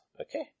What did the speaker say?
okay